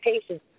patients